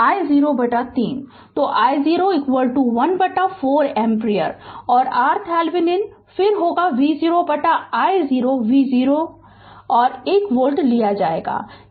तो i0 1 बटा 4 ampere और RThevenin फिर होगा V0 बटा i0 V0 ने 1 वोल्ट लिया है